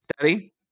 daddy